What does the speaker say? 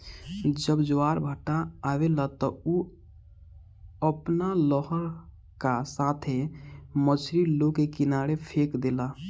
जब ज्वारभाटा आवेला त उ अपना लहर का साथे मछरी लोग के किनारे फेक देला